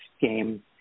game